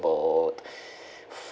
about